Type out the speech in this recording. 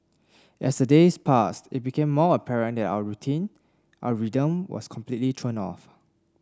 as the days passed it became more apparent that our routine our rhythm was completely thrown off